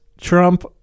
Trump